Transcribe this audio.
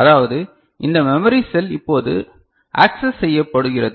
அதாவது இந்த memory cell இப்போது ஆக்செஸ் செய்யப்படுகிறது